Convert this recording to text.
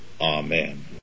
Amen